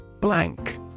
Blank